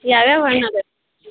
ಯಾವ್ಯಾವ ಹಣ್ಣು ಇದಾವ್